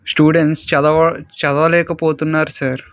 students చదవ చదవలేకపోతున్నారు sir